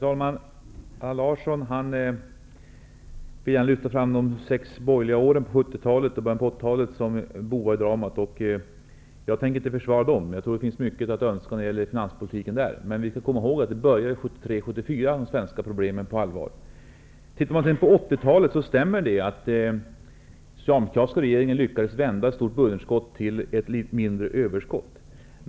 Herr talman! Allan Larsson lyfter fram de sex borgerliga åren i slutet av 70-talet och i början på 80-talet som boven i dramat. Jag tänker inte försvara dem. Jag tror att det finns mycket att önska när det gäller finanspolitiken under den tiden. Men vi skall komma ihåg att de svenska problemen började på allvar under 1973--1974. Om man tittar på 80-talet, finner man att den socialdemokratiska regeringen lyckades vända ett stort budgetunderskott till ett mindre överskott.